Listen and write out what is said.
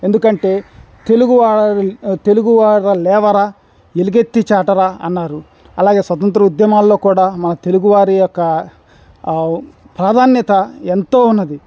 ఎందుకంటే తెలుగువారి తెలుగువార లేవరా ఎలిగెత్తి చాటరా అన్నారు అలాగే స్వతంత్ర ఉద్యమాల్లో కూడా మన తెలుగువారి యొక్క ప్రాధాన్యత ఎంతో ఉన్నది